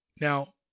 Now